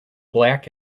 black